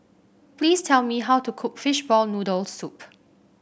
please tell me how to cook Fishball Noodle Soup